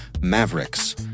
Mavericks